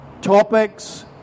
topics